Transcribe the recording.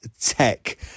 Tech